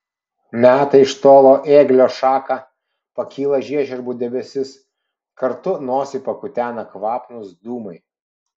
meta iš tolo ėglio šaką pakyla žiežirbų debesis kartu nosį pakutena kvapnūs dūmai